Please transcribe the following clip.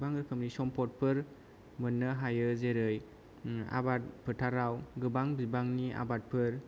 गोबां रोखोमनि सम्पदफोर मोन्नो हायो जेरै आबाद फोथाराव गोबां बिबांनि आबादफोर